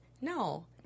no